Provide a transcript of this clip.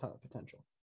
potential